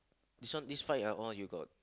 this one this right all you got